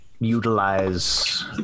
utilize